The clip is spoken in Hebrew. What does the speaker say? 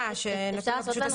כשהתוצרת מגיעה למפעל עצמו?